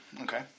Okay